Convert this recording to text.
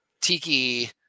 Tiki